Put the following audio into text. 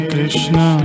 Krishna